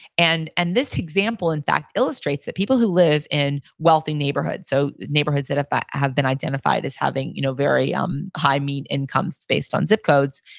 and and this example in fact illustrates that people who live in wealthy neighborhood. so, neighborhoods that have but have been identified as having you know very um high income so based on zip codes,